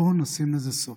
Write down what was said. בואו נשים לזה סוף.